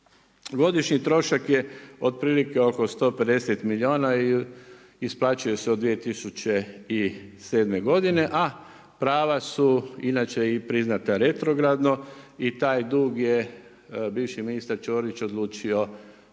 Godišnji trošak je otprilike oko 150 milijuna i isplaćuje se od 2007. godine a prava su inače i priznata retrogradno i taj dug je bivši ministar Ćorić odlučio